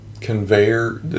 conveyor